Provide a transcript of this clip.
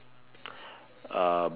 uh